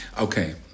okay